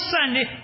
Sunday